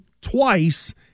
twice